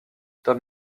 tom